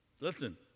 Listen